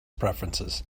preferences